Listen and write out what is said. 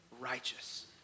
righteous